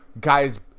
guys